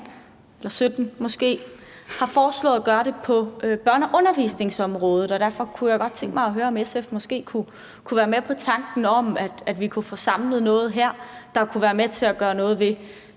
det i 2017, har foreslået at gøre det på børne- og undervisningsområdet. Derfor kunne jeg godt tænke mig at høre, om SF måske kunne være med på tanken om, at vi kunne få samlet noget her, der kunne være med til at gøre noget ved